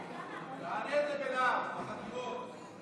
תעלה את זה בלהב, בחקירות.